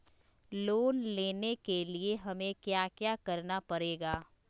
Loan लेने के लिए हमें क्या क्या करना पड़ेगा?